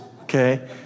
okay